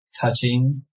touching